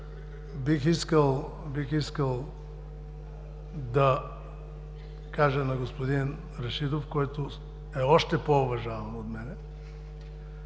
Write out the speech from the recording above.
бих искал да кажа на господин Рашидов, който е още по-уважаван от мен,